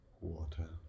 water